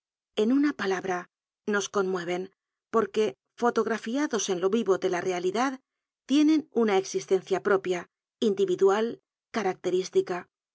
en una palabm nos conmueren porque fotografiados en lo vii'o de la realidacl tienen una existencia propia indiridual caraclerislica